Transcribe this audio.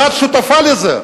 ואת שותפה לזה.